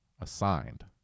assigned